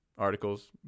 Articles